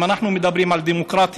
אם אנחנו מדברים על דמוקרטיה,